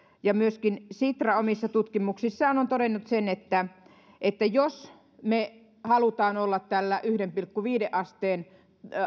ja myöskin sitra omissa tutkimuksissaan ovat todenneet sen että että jos me haluamme olla tällä yhteen pilkku viiteen asteen